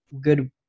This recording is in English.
good